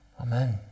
Amen